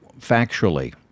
factually